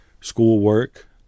schoolwork